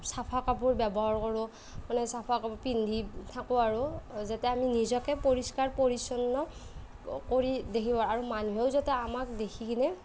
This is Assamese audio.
চাফা কাপোৰ ব্যৱহাৰ কৰোঁ মানে চাফা কাপোৰ পিন্ধি থাকোঁ আৰু যেতিয়া আমি নিজকে পৰিষ্কাৰ পৰিচ্ছন্ন কৰি আৰু মানুহেও যাতে আমাক দেখি কিনে